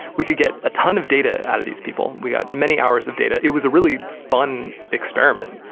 we could get a tonne of data out of these people. we got many hours of data. it was a really fun experiment.